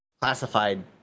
classified